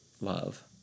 love